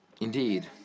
Indeed